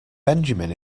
benjamin